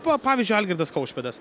buvo pavyzdžiui algirdas kaušpėdas